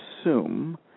assume